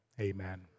amen